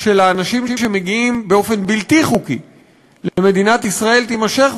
של האנשים שמגיעים באופן בלתי חוקי למדינת ישראל תימשך,